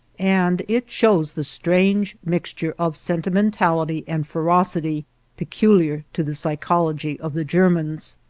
and it shows the strange mixture of sentimentality and ferocity peculiar to the psychology of the germans.